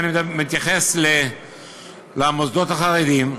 ואני מתייחס למוסדות החרדיים.